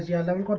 yeah eleven